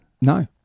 No